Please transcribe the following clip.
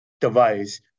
device